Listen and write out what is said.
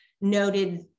noted